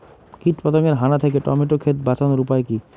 কীটপতঙ্গের হানা থেকে টমেটো ক্ষেত বাঁচানোর উপায় কি?